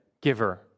giver